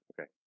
Okay